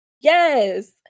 Yes